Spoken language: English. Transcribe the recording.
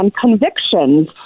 convictions